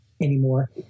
anymore